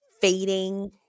fading